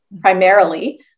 primarily